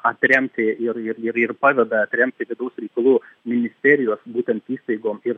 atremti ir ir ir ir paveda atremti vidaus reikalų ministerijos būtent įstaigom ir